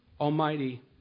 Almighty